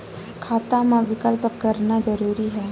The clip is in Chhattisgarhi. खाता मा विकल्प करना जरूरी है?